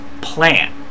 plan